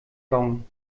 gong